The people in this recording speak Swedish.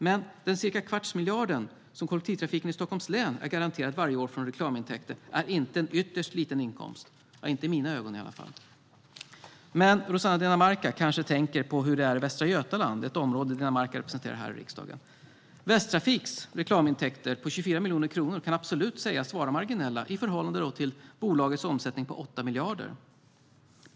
Men den cirka en kvarts miljard som kollektivtrafiken i Stockholms län är garanterad varje år från reklamintäkter är inte en "ytterst liten inkomst" - inte i mina ögon i alla fall. Men Rossana Dinamarca kanske tänker på hur det är i Västra Götaland som är det område Dinamarca representerar i riksdagen. Västtrafiks reklamintäkter på 24 miljoner kronor kan absolut sägas vara marginella i förhållande till bolagets omsättning på 8 miljarder.